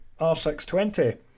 R620